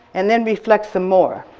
and then reflect some more,